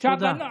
תודה.